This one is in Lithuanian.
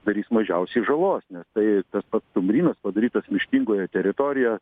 darys mažiausiai žalos nes tai tas pats stumbrynas padarytas miškingoje teritorijoje